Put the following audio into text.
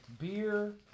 beer